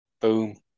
Boom